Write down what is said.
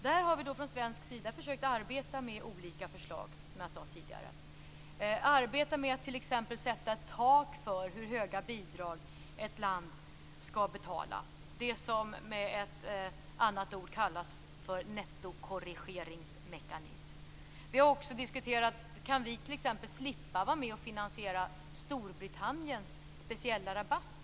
Här har vi från svensk sida försökt arbeta med olika förslag, såsom jag sade tidigare, t.ex. att sätta ett tak för hur höga bidrag ett land skall betala - det som med ett annat ord kallas för nettokorrigeringsmekanism. Vi har också diskuterat om vi kan slippa vara med och finansiera Storbritanniens speciella rabatt.